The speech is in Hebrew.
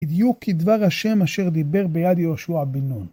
בדיוק כדבר השם אשר דיבר ביד יהושע בן נון.